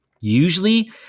Usually